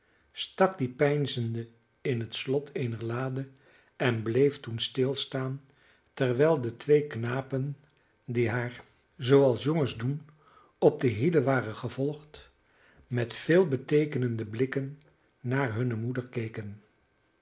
stak dien peinzende in het slot eener lade en bleef toen stilstaan terwijl de twee knapen die haar zooals jongens doen op de hielen waren gevolgd met veelbeteekenende blikken naar hunne moeder keken